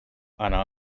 anar